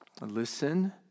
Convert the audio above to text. listen